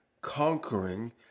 conquering